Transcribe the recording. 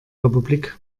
republik